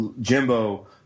Jimbo